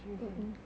mm mm